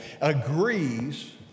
agrees